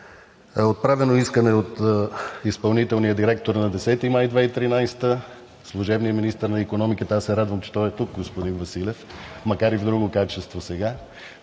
отправено искане от изпълнителния директор на 10 май 2013 г.? Служебният министър на икономиката, аз се радвам, че той е тук – господин Василев, макар и сега в друго качество,